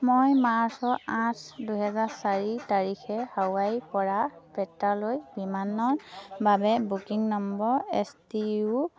মই মাৰ্চ আঠ দুহেজাৰ চাৰি তাৰিখে হাৱাইৰপৰা পেট্ৰালৈ বিমানৰ বাবে booking number S T U